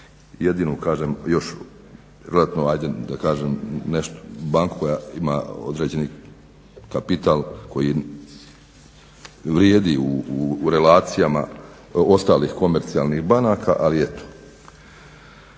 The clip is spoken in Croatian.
jedino još relativno da kažem nešto banku koja ima određeni kapital koji vrijedi u relacijama ostalih komercijalnih banaka. Kada se